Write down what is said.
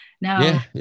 now